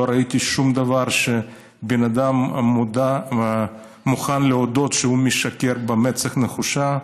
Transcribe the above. לא ראיתי שום דבר שבן אדם מוכן להודות שהוא משקר במצח נחושה,